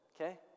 okay